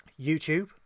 youtube